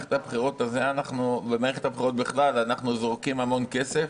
במערכת הבחירות בכלל אנחנו זורקים המון כסף,